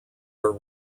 are